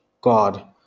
God